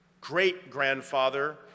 great-grandfather